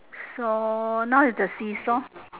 so now is the see-saw